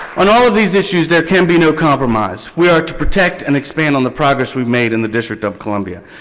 on all of these issues, there can be no compromise. we are to protect and expand on the progress we have made in the district of columbia.